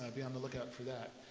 ah be on the lookout for that.